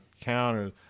counters